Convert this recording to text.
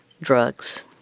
drugs